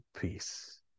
peace